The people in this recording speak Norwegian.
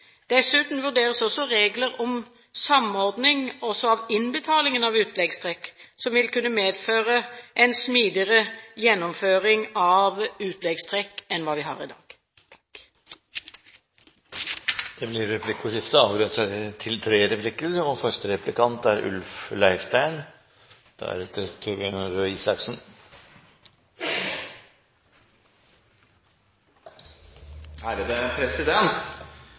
Dessuten vurderes regler om samordning også av innbetalingen av utleggstrekk, som vil kunne medføre en smidigere gjennomføring av utleggstrekk enn hva vi har i dag. Det blir replikkordskifte.